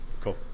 Cool